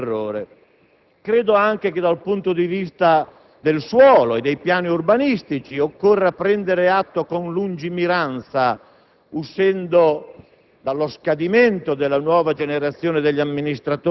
è indubbio che sprecarle è un errore. Credo anche che, dal punto di vista del suolo e dei piani urbanistici, occorra agire con lungimiranza - uscendo